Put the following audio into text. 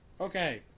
Okay